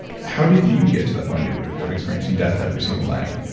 how did you get to that point of experiencing death every single night?